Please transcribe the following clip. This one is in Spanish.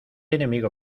enemigo